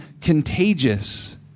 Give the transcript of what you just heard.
contagious